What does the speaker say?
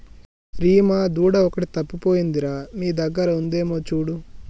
రీమా దూడ ఒకటి తప్పిపోయింది రా మీ దగ్గర ఉందేమో చూడు